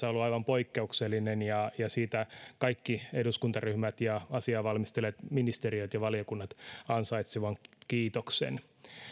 on ollut aivan poikkeuksellinen ja ja siitä kaikki eduskuntaryhmät ja asiaa valmistelleet ministeriöt ja valiokunnat ansaitsevat kiitoksen